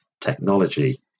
technology